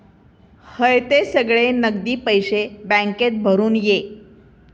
हयते सगळे नगदी पैशे बॅन्केत भरून ये